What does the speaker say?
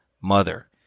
mother